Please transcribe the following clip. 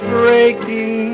breaking